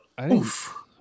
Oof